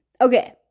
okay